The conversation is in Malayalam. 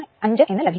05 എന്ന് ലഭിക്കും